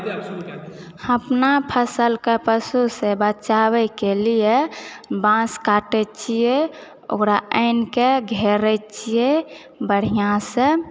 अपना फसल कऽ पशुसँ बचाबैके लिए बाँस काटै छिऐ ओकरा आनि के घेरै छिऐ बढ़िआँसँ